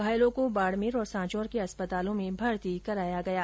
घायलों को बाडमेर और सांचोर के अस्पताल में भर्ती कराया गया है